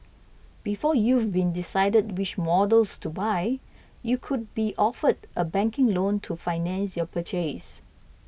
before you've even decided which models to buy you could be offered a banking loan to finance your purchase